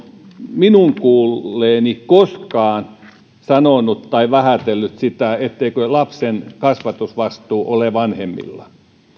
minun kuulteni koskaan vähätellyt tai sanonut sitä etteikö lapsen kasvatusvastuu ole vanhemmilla